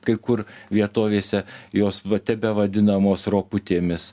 kai kur vietovėse jos va tebevadinamos roputėmis